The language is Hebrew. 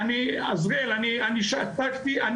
אני לא הסתרתי אותה,